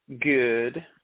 Good